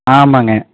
ஆமாம்ங்க